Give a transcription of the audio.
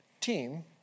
team